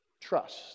Trust